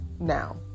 Now